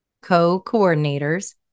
co-coordinators